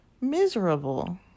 miserable